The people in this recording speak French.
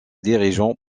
dirigeants